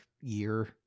year